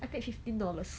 I paid fifteen dollars